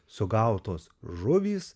sugautos žuvys